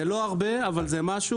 אמנם זה לא הרבה אבל זה משהו